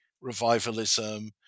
revivalism